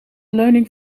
leuning